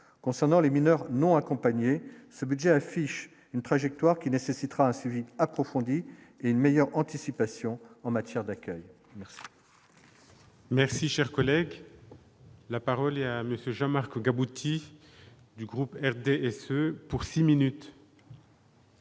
concernant les mineurs non accompagnés, ce budget affiche une trajectoire qui nécessitera un suivi approfondi et une meilleure anticipation en matière d'accueil. Merci, cher collègue. La parole est à monsieur Jean-Marc boutiques du groupe RDSE pour 6 minutes.